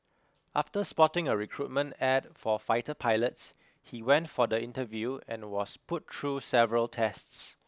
after spotting a recruitment ad for fighter pilots he went for the interview and was put through several tests